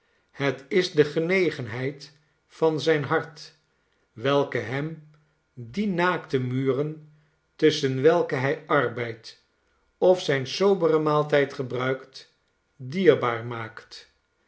het is de genegenheid van zijn hart welke hemdienaakte muren tusschen welke hij arbeidt of zijn soberen maaltijd gebruikt dierbaar maakt